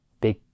big